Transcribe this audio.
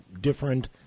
different